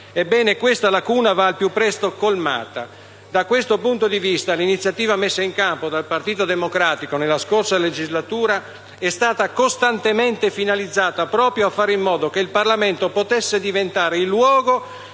Ebbene, questa lacuna va al più presto colmata. Da questo punto di vista, l'iniziativa messa in campo dal Partito Democratico nella scorsa legislatura è stata costantemente finalizzata proprio a fare in modo che il Parlamento potesse diventare il luogo